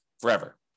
forever